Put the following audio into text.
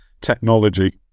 technology